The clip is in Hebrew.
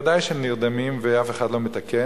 ודאי שהם נרדמים, ואף אחד לא מתקן,